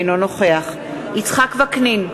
אינו נוכח יצחק וקנין,